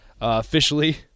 officially